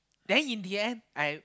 then in the end I